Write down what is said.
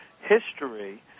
history